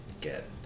get